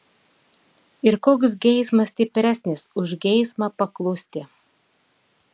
ir koks geismas stipresnis už geismą paklusti